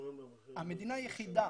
המדינה היחידה